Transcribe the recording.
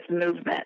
movement